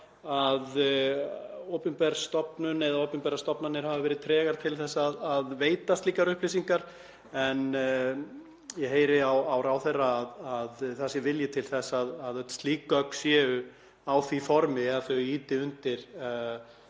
að opinberar stofnanir hafa verið tregar til að veita slíkar upplýsingar. En ég heyri á ráðherra að það sé vilji til þess að slík gögn séu á því formi að þau ýti undir